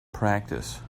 practice